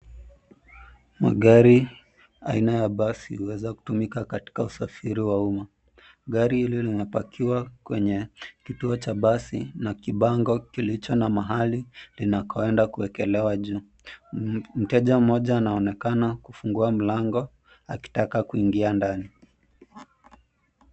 Maagari aina ya basi imeweza kutumika katika usafiri wa umma. Gari hili limepakiwa kwenye kituo cha basi na kibango kilicho na mahali inakoenda kuekelewa juu. Mteja mmoja anaonekana kufungua mlango akitaka kuingia ndani.